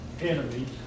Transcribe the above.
enemies